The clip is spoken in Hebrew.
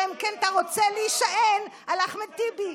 אלא אם כן אתה רוצה להישען על אחמד טיבי?